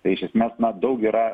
tai iš esmės na daug yra